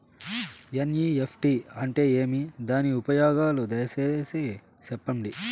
NEFT అంటే ఏమి? దాని ఉపయోగాలు దయసేసి సెప్పండి?